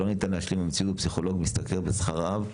לא ניתן להשלים עם המציאות בה פסיכולוג משתכר בשכר רעב,